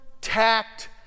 tact